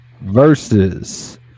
versus